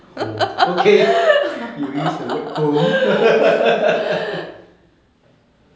home okay you use the word home